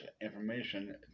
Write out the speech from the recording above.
information